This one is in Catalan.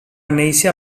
néixer